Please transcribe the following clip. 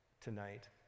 tonight